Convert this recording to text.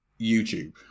youtube